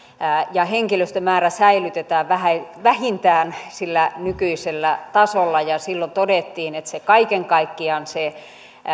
ja henkilöstömäärä säilytetään vähintään nykyisellä tasolla silloin todettiin että kaiken kaikkiaan se